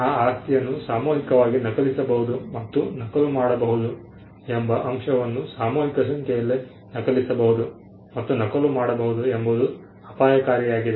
ಆ ಆಸ್ತಿಯನ್ನು ಸಾಮೂಹಿಕವಾಗಿ ನಕಲಿಸಬಹುದು ಮತ್ತು ನಕಲು ಮಾಡಬಹುದು ಎಂಬ ಅಂಶವನ್ನು ಸಾಮೂಹಿಕ ಸಂಖ್ಯೆಯಲ್ಲಿ ನಕಲಿಸಬಹುದು ಮತ್ತು ನಕಲು ಮಾಡಬಹುದು ಎಂಬುದು ಅಪಾಯಕಾರಿಯಾಗಿದೆ